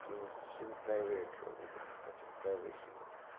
چھِنہٕ پرٛایویٹ روزان کینٛہہ تَتھ چھِنہٕ پرٛاویسی روزان کینٛہہ